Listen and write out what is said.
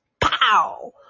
pow